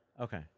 Okay